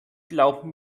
glauben